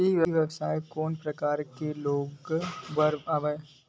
ई व्यवसाय कोन प्रकार के लोग बर आवे?